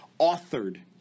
authored